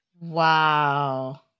Wow